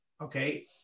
okay